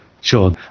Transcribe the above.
Sure